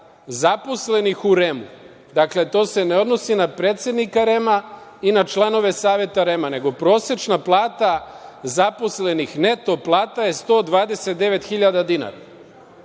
zaposlenih u REM-u, dakle to se ne odnosi na predsednika REM-a i na članove Saveta REM-a, nego prosečna plata zaposlenih, neto plata je 129.000 dinara. Onda